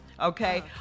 okay